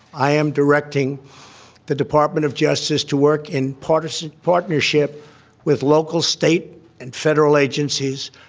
i am directing the department of justice to work in partnership partnership with local state and federal agencies,